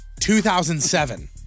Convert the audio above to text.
2007